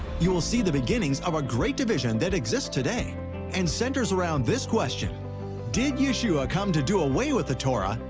you will see the beginnings of a great division that exists today and centers around this question did yeshua come to do away with the torah,